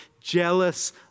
jealous